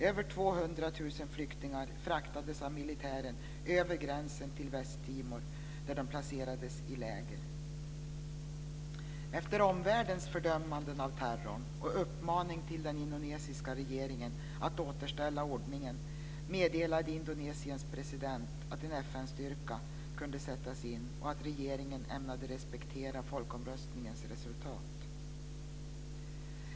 Över 200 000 flyktingar fraktades av militären över gränsen till Västtimor, där de placerades i läger. Efter omvärldens fördömanden av terrorn och uppmaningar till den indonesiska regeringen att återställa ordningen meddelade Indonesiens president att en FN-styrka kunde sättas in och att regeringen ämnade respektera folkomröstningens resultat.